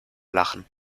lachen